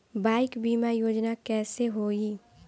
Bike बीमा योजना कैसे होई?